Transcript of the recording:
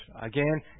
again